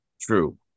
True